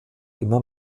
immer